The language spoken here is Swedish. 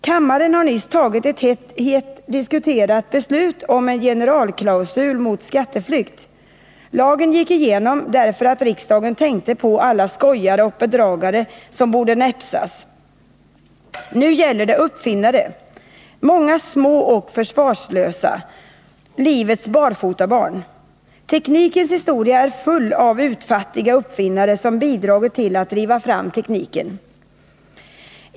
Kammaren har nyss fattat ett hett diskuterat beslut om en generalklausul mot skatteflykt. Lagen gick igenom, därför att riksdagen tänkte på alla skojare och bedragare som bör näpsas. Nu gäller det uppfinnare — många små och försvarslösa, livets barfotabarn. Teknikens historia är full av utfattiga uppfinnare, som bidragit till att driva fram tekniken.